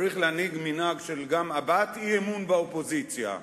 צריך להנהיג מנהג של הבעת אי-אמון באופוזיציה,